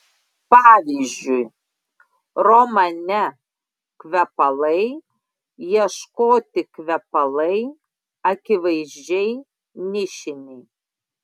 pavyzdžiui romane kvepalai ieškoti kvepalai akivaizdžiai nišiniai